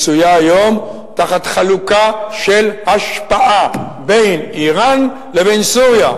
מצויה היום תחת חלוקה של השפעה בין אירן לבין סוריה,